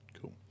Cool